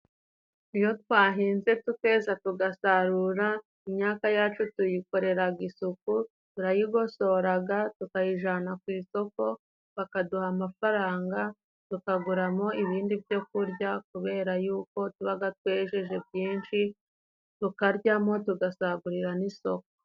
Iyo twahinze tukeza tugasarura imyaka yacu tuyikoreraga isuku, turayigosoraga, tukayijana ku isoko, bakaduha amafaranga, tukaguramo ibindi byo ku kurya, kubera y'uko tubaga twejeje byinshi tukaryamo tugasagurira n'isoko.